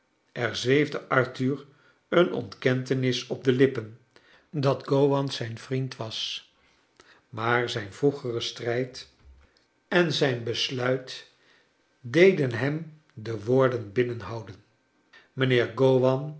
er zweefde arthur een ontkentenis op de lippen dat gowan zijn vriend was maar zijn vroegere strijd en zijn besluit deden hem de woorden binnenhouden